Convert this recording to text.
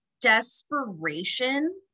desperation